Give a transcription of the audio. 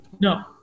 No